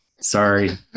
Sorry